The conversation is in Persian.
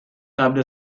قبل